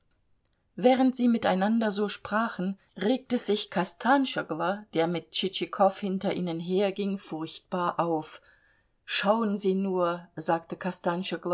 während sie miteinander so sprachen regte sich kostanschoglo der mit tschitschikow hinter ihnen herging furchtbar auf schauen sie nur sagte